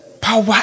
power